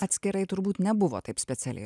atskirai turbūt nebuvo taip specialiai